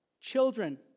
Children